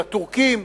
לטורקים?